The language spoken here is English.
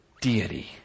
deity